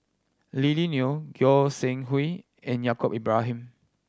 Lily Neo Goi Seng Hui and Yaacob Ibrahim